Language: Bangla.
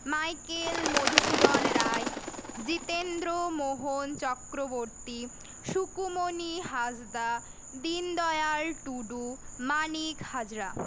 মাইকেল মধুসূদন রায় জিতেন্দ্রমোহন চক্রবর্তী সুকুমণি হাসদা দীনদয়াল টুডু মানিক হাজরা